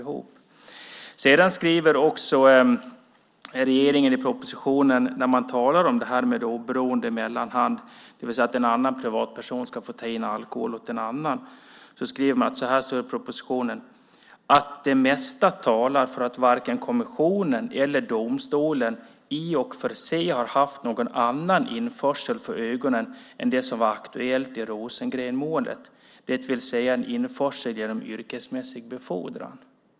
I propositionen skriver regeringen också, när man talar om oberoende mellanhand, det vill säga att en privatperson ska få ta in alkohol åt någon annan, att "det mesta talar för att varken kommissionen eller domstolen . i och för sig har haft någon annan införsel för ögonen än den som var aktuell i Rosengrenmålet", det vill säga en införsel genom yrkesmässig befordran.